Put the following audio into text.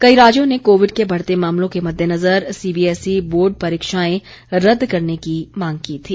कई राज्यों ने कोविड के बढते मामलों के मद्देनजर सीबीएसई बोर्ड परीक्षाएं रद्द करने की मांग की थी